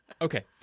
Okay